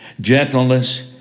Gentleness